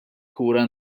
kura